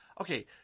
okay